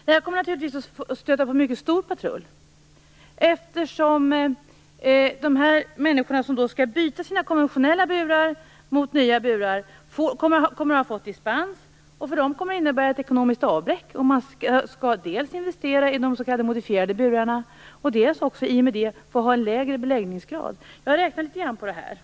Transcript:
Det här kommer naturligtvis att stöta på mycket stor patrull, eftersom de människor som skall byta sina konventionella burar mot nya burar kommer att ha fått dispens. För dem kommer det att innebära ett ekonomiskt avbräck om de dels skall investera i de s.k. modifierade burarna, dels i och med det får ha en lägre beläggningsgrad. Jag har räknat litet grand på det här.